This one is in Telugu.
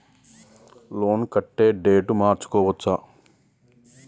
లోన్ కట్టే డేటు మార్చుకోవచ్చా?